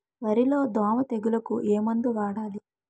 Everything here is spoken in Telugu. వరిలో దోమ తెగులుకు ఏమందు వాడాలి?